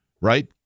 right